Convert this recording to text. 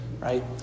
right